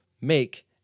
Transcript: make